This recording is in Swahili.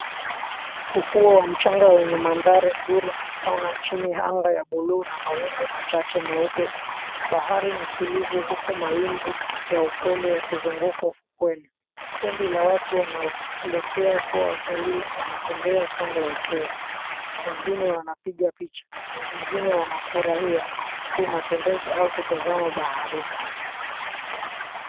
Ufuo wa mchanga wenye mandhari nzuri na mpana chini ya anga ya buluu na mawingu machache meupe. Bahari ni tulivu huku mawimbi ya upole yakizunguka ufukweni. Kundi la watu wanaoelekea kuwa watalii wanatembea kando ya ufuo. Wengine wanapiga picha, wengine wanafurahia tu matembezi au kutazama baharini.